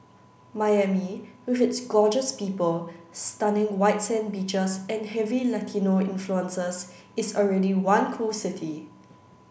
Miami with its gorgeous people stunning white sand beaches and heavy Latino influences is already one cool city